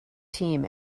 team